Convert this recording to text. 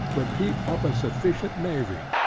would keep up a sufficient navy,